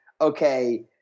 okay